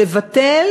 לבטל